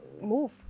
move